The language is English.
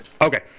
Okay